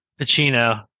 Pacino